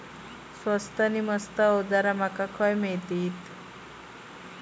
स्वस्त नी मस्त अवजारा माका खडे मिळतीत?